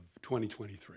2023